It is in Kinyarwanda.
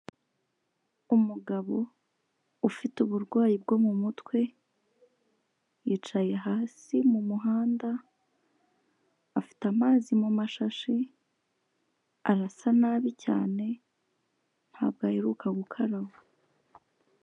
Umugabo ufite uburwayi bwo mu mutwe, yicaye hasi mu muhanda, afite amazi mu mashashi, arasa nabi cyane ntabwo aheruka gukaraba.